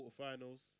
quarterfinals